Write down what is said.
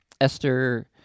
Esther